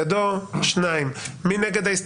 2. מי נגד?